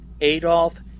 Adolf